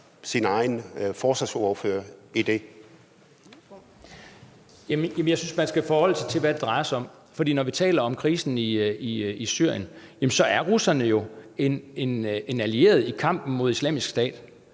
Thulesen Dahl (DF): Jamen jeg synes, at man skal forholde sig til det, det drejer sig om. For når vi taler om krisen i Syrien, er russerne en allieret i kampen mod Islamisk Stat,